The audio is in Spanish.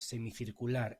semicircular